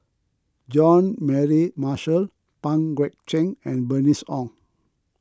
Jean Mary Marshall Pang Guek Cheng and Bernice Ong